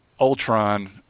Ultron